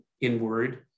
inward